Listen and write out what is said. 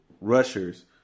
rushers